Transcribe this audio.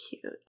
Cute